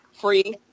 Free